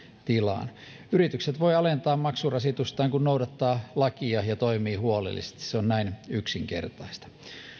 tilaan yritykset voivat alentaa maksurasitustaan kun noudattavat lakia ja toimivat huolellisesti se on näin yksinkertaista